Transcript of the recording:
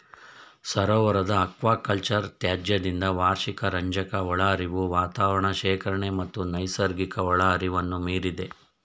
ಸರೋವರದ ಅಕ್ವಾಕಲ್ಚರ್ ತ್ಯಾಜ್ಯದಿಂದ ವಾರ್ಷಿಕ ರಂಜಕ ಒಳಹರಿವು ವಾತಾವರಣ ಶೇಖರಣೆ ಮತ್ತು ನೈಸರ್ಗಿಕ ಒಳಹರಿವನ್ನು ಮೀರಿದೆ